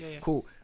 Cool